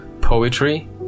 poetry